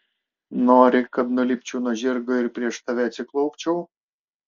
nori kad nulipčiau nuo žirgo ir prieš tave atsiklaupčiau